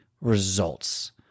results